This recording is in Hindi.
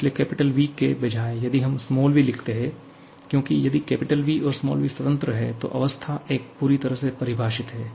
इसलिए V 'के बजाय यदि हम v' लिखते हैं क्योंकि यदि V 'और v' स्वतंत्र हैं तो अवस्था 1 पूरी तरह से परिभाषित है